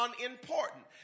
unimportant